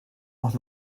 auch